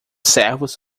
servos